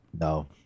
No